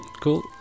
Cool